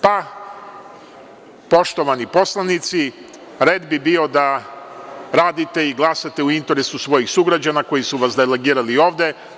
Poštovani poslanici, red bi bio da radite i glasate u interesu svojih sugrađana koji su vas delegirali ovde.